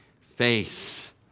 face